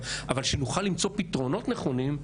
אבל שנוכל למצוא פתרונות נכונים,